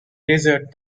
desert